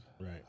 Right